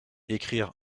ecrire